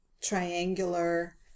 triangular